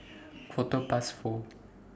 Quarter Past four